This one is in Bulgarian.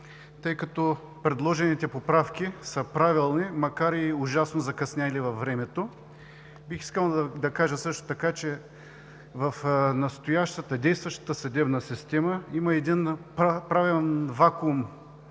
тъй като предложените поправки са правилни, макар и ужасно закъснели във времето. Бих искал да кажа също така, че в настоящата, действащата съдебна система има един правен вакуум,